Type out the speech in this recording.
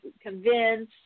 convince